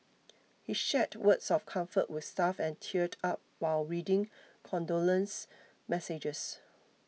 he shared words of comfort with staff and teared up while reading condolence messages